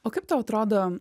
o kaip tau atrodo